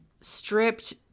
stripped